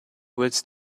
woods